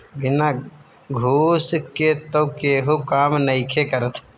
बिना घूस के तअ केहू काम नइखे करत